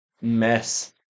mess